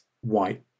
white